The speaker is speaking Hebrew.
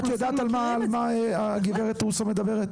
את יודעת על מה גברת רוסו מדברת?